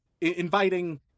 inviting